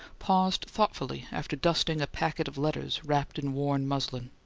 paused thoughtfully after dusting a packet of letters wrapped in worn muslin.